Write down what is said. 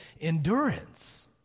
endurance